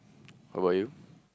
how about you